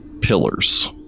pillars